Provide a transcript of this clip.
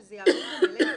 שזה יעבור גם אליך?